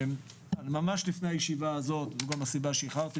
ממש לפני הישיבה נפגשנו